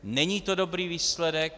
Není to dobrý výsledek.